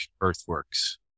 earthworks